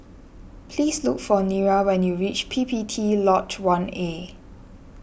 please look for Nira when you reach P P T Lodge one A